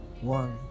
One